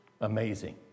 Amazing